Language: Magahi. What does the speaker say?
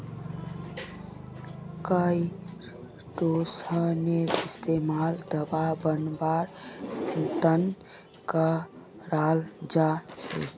काईटोसनेर इस्तमाल दवा बनव्वार त न कराल जा छेक